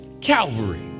Calvary